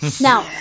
Now